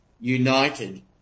united